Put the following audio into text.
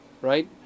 right